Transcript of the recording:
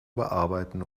bearbeiten